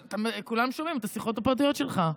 כולם שומעים את השיחות הפרטיות שלך.